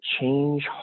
change